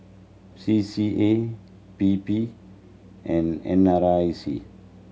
C C A P P and N R I C